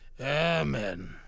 amen